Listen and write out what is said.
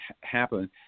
happen